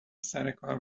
سرکار